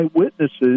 eyewitnesses